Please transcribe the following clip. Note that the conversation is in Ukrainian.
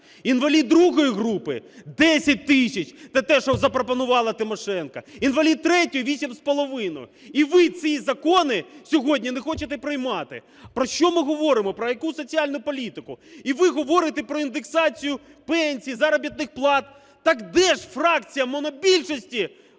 інвалід ІІ групи – 10 тисяч. Це те, що запропонувала Тимошенко. Інвалід ІІІ – 8,5. І ви ці закони сьогодні не хочете приймати. Про що ми говоримо, про яку соціальну політику? І ви говорите про індексацію пенсій, заробітних плат. Так де ж фракція монобільшості